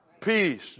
Peace